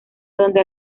donde